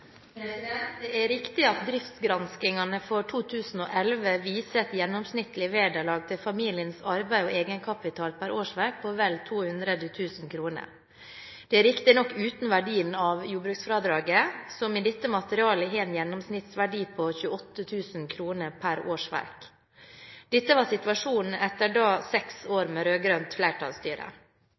Det er riktig at driftsgranskingene for 2011 viser et gjennomsnittlig vederlag til familiens arbeid og egenkapital per årsverk på vel 200 000 kr. Det er riktignok uten verdien av jordbruksfradraget, som i dette materialet har en gjennomsnittsverdi på 28 000 kr per årsverk. Dette var situasjonen etter seks år med rød-grønt flertallsstyre.